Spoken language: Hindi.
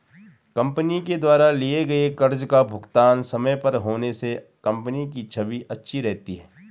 कंपनी के द्वारा लिए गए कर्ज का भुगतान समय पर होने से कंपनी की छवि अच्छी रहती है